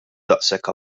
daqshekk